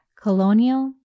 colonial